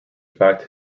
fact